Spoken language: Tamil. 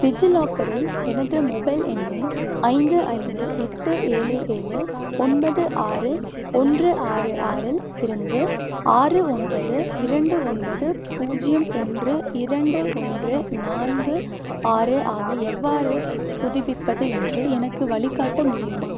டிஜிலாக்கரில் எனது மொபைல் எண்ணை ஐந்து ஐந்து எட்டு ஏழு ஏழு ஒன்பது ஆறு ஒன்று ஆறு ஆறில் இருந்து ஆறு ஒன்பது இரண்டு ஒன்பது பூஜ்ஜியம் ஒன்று இரண்டு ஒன்று நான்கு ஆறு ஆக எவ்வாறு புதுப்பிப்பது என்று எனக்கு வழிகாட்ட முடியுமா